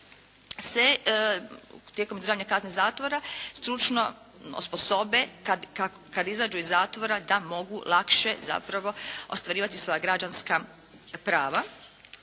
se tijekom izdržavanja kazne zatvora stručno osposobe, kada izađu iz zatvora da mogu lakše zapravo ostvarivati svoja građanska prava.